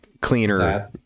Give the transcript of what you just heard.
cleaner